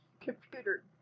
computer